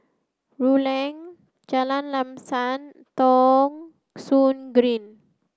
Rulang Jalan Lam Sam Thong Soon Green